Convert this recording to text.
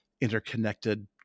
interconnected